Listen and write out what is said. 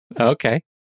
Okay